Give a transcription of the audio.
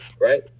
right